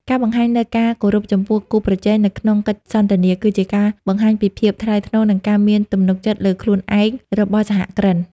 ការបង្ហាញនូវការគោរពចំពោះ "គូប្រជែង" នៅក្នុងកិច្ចសន្ទនា គឺជាការបង្ហាញពីភាពថ្លៃថ្នូរ និងការមានទំនុកចិត្តលើខ្លួនឯងរបស់សហគ្រិន។